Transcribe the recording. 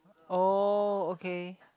oh okay